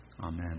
Amen